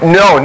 no